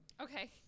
Okay